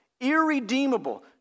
irredeemable